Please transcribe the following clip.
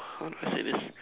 how do I say this